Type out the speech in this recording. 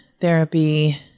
therapy